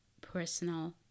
personal